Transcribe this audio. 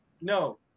no